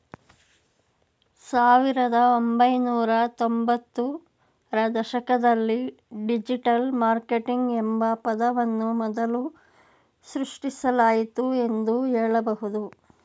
ಸಾವಿರದ ಒಂಬೈನೂರ ತ್ತೊಂಭತ್ತು ರ ದಶಕದಲ್ಲಿ ಡಿಜಿಟಲ್ ಮಾರ್ಕೆಟಿಂಗ್ ಎಂಬ ಪದವನ್ನು ಮೊದಲು ಸೃಷ್ಟಿಸಲಾಯಿತು ಎಂದು ಹೇಳಬಹುದು